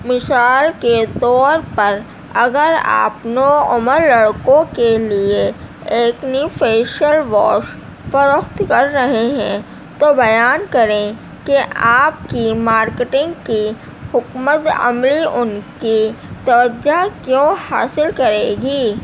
مثال کے طور پر اگر آپ نوعمر لڑکوں کے لیے ایکنی فیشیل واش فروخت کر رہے ہیں تو بیان کریں کہ آپ کی مارکیٹنگ کی حکمت عملی ان کی توجہ کیوں حاصل کرے گی